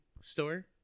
store